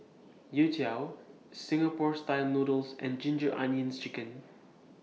Youtiao Singapore Style Noodles and Ginger Onions Chicken